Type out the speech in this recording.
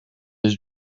his